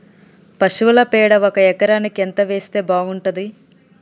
పశువుల పేడ ఒక ఎకరానికి ఎంత వేస్తే బాగుంటది?